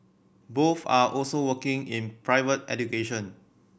both are also working in private education